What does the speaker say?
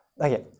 Okay